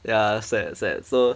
ya sad sad so